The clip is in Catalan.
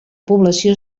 població